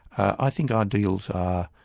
i think ideals are